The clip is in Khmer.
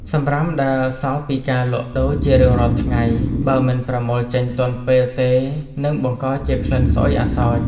សំរាមដែលសល់ពីការលក់ដូរជារៀងរាល់ថ្ងៃបើមិនប្រមូលចេញទាន់ពេលទេនឹងបង្កជាក្លិនស្អុយអសោច។